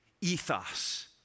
ethos